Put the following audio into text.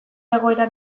egoera